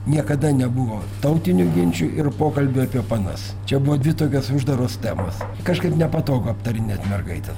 niekada nebuvo tautinių ginčų ir pokalbių apie panas čia buvo dvi tokios uždaros temos kažkaip nepatogu aptarinėti mergaites